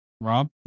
Rob